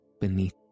beneath